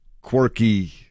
quirky